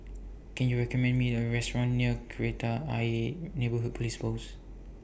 Can YOU recommend Me A Restaurant near Kreta Ayer Neighbourhood Police Post